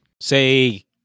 say